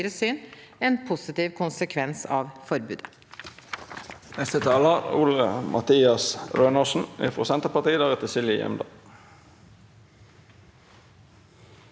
en positiv konsekvens av forbudet.